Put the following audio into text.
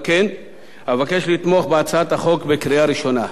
על כן אבקש לתמוך בהצעת החוק בקריאה ראשונה.